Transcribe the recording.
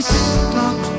stop